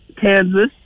Kansas